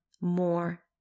more